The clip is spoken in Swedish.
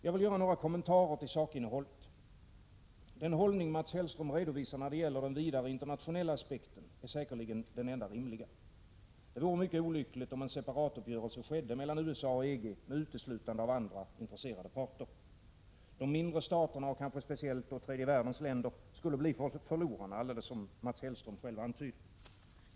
Jag vill göra några kommentarer till sakinnehållet. Den hållning Mats Hellström redovisar när det gäller den vidare internationella aspekten är säkerligen den enda rimliga. Det vore mycket olyckligt, om en separatuppgörelse skedde mellan USA och EG med uteslutande av andra intresserade parter. De mindre staterna, och kanske speciellt tredje världens länder, skulle bli förlorarna — alldeles som Mats Hellström själv antyder.